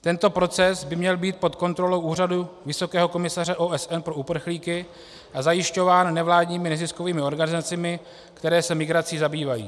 Tento proces by měl být pod kontrolou Úřadu vysokého komisaře OSN pro uprchlíky a zajišťován nevládními neziskovými organizacemi, které se migrací zabývají.